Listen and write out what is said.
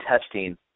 testing